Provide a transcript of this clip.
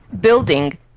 Building